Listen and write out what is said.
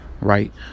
right